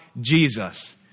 Jesus